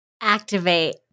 Activate